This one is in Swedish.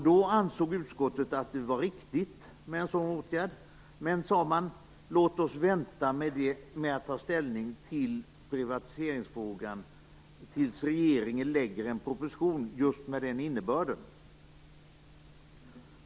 Då ansåg utskottet att det var riktigt med en sådan åtgärd - men, sade man, låt oss vänta med att ta ställning till privatiseringsfrågan tills regeringen lägger fram en proposition just med den innebörden.